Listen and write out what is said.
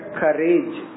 courage